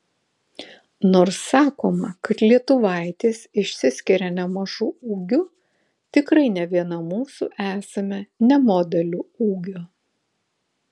nors sakoma kad lietuvaitės išsiskiria nemažu ūgiu tikrai ne viena mūsų esame ne modelių ūgio